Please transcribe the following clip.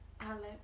Alex